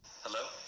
Hello